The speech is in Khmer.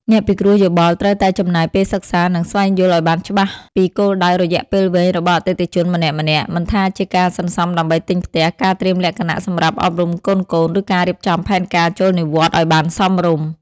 អ្នកពិគ្រោះយោបល់ត្រូវតែចំណាយពេលសិក្សា និងស្វែងយល់ឱ្យបានច្បាស់ពីគោលដៅរយៈពេលវែងរបស់អតិថិជនម្នាក់ៗ មិនថាជាការសន្សំដើម្បីទិញផ្ទះ ការត្រៀមលក្ខណៈសម្រាប់អប់រំកូនៗ ឬការរៀបចំផែនការចូលនិវត្តន៍ឱ្យបានសមរម្យ។